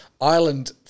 Ireland